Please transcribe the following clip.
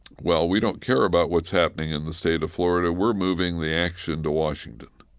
well, we don't care about what's happening in the state of florida, we're moving the action to washington